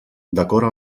decora